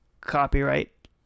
copyright